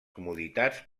comoditats